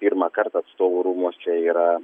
pirmąkart atstovų rūmuose yra